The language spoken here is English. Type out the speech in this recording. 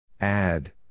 Add